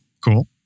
cool